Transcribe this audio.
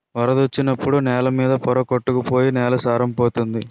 వరదొచ్చినప్పుడు నేల మీద పోర కొట్టుకు పోయి నేల సారం పోతంది